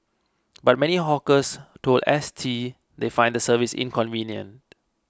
but many hawkers told S T they find the service inconvenient